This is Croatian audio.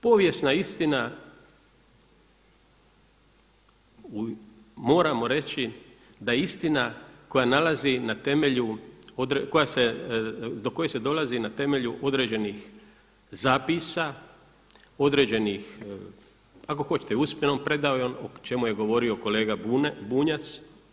Povijesna istina moramo reći, da je istina koja nalazi na temelju, koja se, do koje se dolazi na temelju određenih zapisa, određenih, kako hoćete usmenom predajom o čemu je govorio kolega Bunjac.